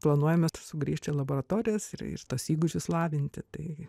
planuojame sugrįžti į laboratorijas ir tuos įgūdžius lavinti tai